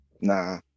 nah